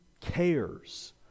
cares